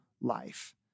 life